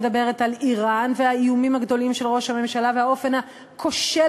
מדברת על איראן והאיומים הגדולים של ראש הממשלה והאופן הכושל,